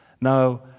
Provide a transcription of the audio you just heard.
Now